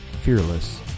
fearless